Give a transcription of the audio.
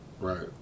right